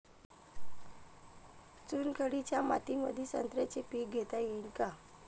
चुनखडीच्या मातीमंदी संत्र्याचे पीक घेता येईन का?